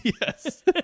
Yes